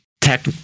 tech